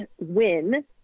win